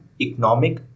economic